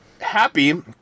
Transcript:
Happy